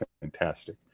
fantastic